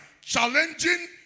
challenging